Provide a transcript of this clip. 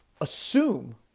assume